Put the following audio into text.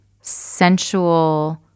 sensual